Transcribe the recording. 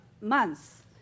months